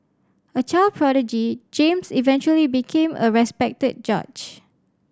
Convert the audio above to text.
a child prodigy James eventually became a respected judge